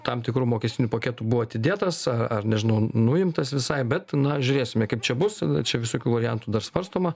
tam tikrų mokestinių paketų buvo atidėtas ar nežinau nuimtas visai bet na žiūrėsime kaip čia bus čia visokių variantų dar svarstoma